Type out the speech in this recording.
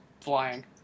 flying